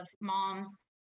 moms